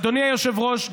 אדוני היושב-ראש,